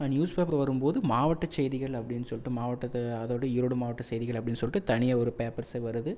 news paper வரும்போது மாவட்ட செய்திகள் அப்டின்னு சொல்லிட்டு மாவட்டத்தை அதோடய ஈரோடு மாவட்ட செய்திகள் அப்டின்னு சொல்லிட்டு தனியாக ஒரு பேப்பர்ஸே வருது